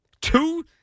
Two